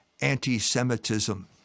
anti-Semitism